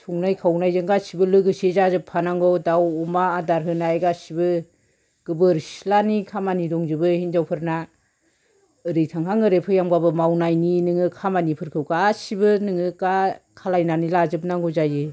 संनाय खावनायजों गासिबो लोगोसे जाजोबफानांगौ दाव अमा आदार होनाय गासिबो गोबोर सिथ्लानि खामानि दंजोबो हिनजावफोरना ओरै थांहां ओरै फैहांबाबो मावनायनि नोङो खामानिफोरखौ गासिबो नोङो खालायनानै लाजोबनांगौ जायो